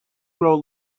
grow